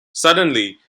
suddenly